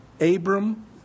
Abram